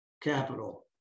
capital